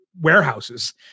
Warehouses